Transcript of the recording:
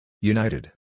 United